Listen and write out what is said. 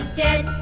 dead